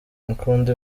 akunda